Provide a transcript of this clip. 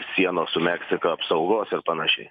sienos su meksika apsaugos ir panašiai